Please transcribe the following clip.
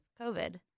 COVID